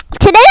today